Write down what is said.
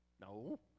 No